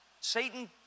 Satan